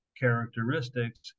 characteristics